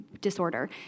disorder